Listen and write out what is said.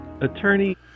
Attorney